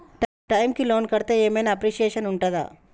Time కి loan కడ్తే ఏం ఐనా అప్రిషియేషన్ ఉంటదా?